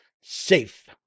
safe